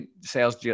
sales